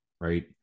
right